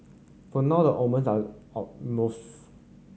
for now the omens are almost